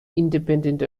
independent